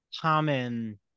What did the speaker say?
common